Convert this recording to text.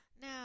Now